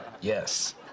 Yes